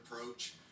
approach